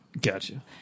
Gotcha